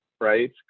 right